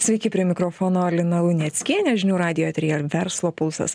sveiki prie mikrofono lina luneckienė žinių radijo eteryje verslo pulsas